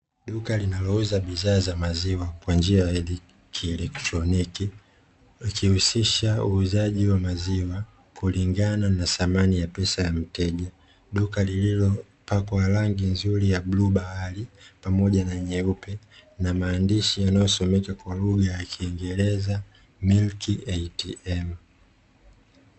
Duka linalouza bidhaa za maziwa kwa njia ya kielektroniki likihusisha uuzaji wa maziwa kulingana na thamani ya pesa ya mteja. Duka lililopakwa rangi nzuri ya bluu bahari pamoja na nyeupe na maandishi yanayosomeka kwa lugha ya kiingereza "MILK ATM".